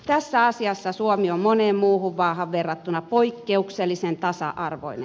tässä asiassa suomi on moneen muuhun maahan verrattuna poikkeuksellisen tasa arvoinen